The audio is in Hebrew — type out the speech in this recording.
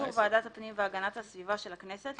ובאישור ועדת הפנים והגנת הסביבה של הכנסת,